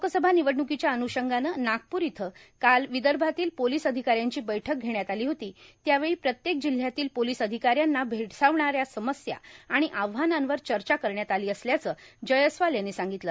लोकसभा निवडण्रकीच्या अन्रपंगानं नागपूर इथं काल विदर्भातील पोलीस अधिकाऱ्यांची बैठक घेण्यात आली होती त्यावेळी तप्रत्येक जिल्ह्यातील पोलीस अधिकाऱ्यांना भेडसावणाऱ्या समस्या आणि आव्हानांवर चर्चा करण्यात आली असल्याचं जयस्वाल यांनी सांगितलं